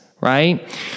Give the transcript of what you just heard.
right